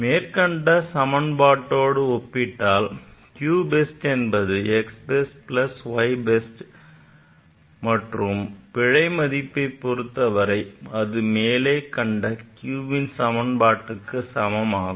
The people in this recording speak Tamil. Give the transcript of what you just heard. மேற்கண்ட சமன்பாட்டோடு ஒப்பிட்டால் q best என்பது x best plus y best மற்றும் பிழை மதிப்பை பொருத்தவரை அது மேலே கண்ட qன் சமன்பாட்டுக்கு சமமாகும்